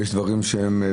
ויש דברים שבאמת,